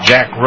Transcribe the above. Jack